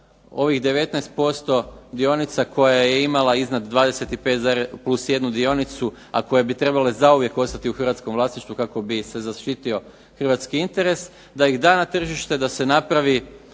ovih 19% dionica koje je imala iznad 25 plus 1 dionicu, a koje bi trebale zauvijek ostati u hrvatskom vlasništvu kako bi se zaštitio hrvatski interes. Da ih da na tržište, da se napravi